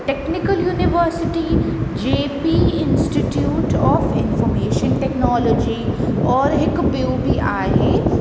technical university J P institute of information technology और हिकु ॿियूं बि आहे